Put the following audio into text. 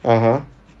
(uh huh)